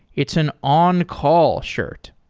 it's an on-call shirt.